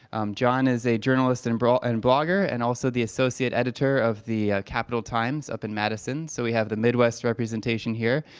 john is a journalist and and blogger and also the associate editor of the capital times up in madison. so we have the midwest representation here.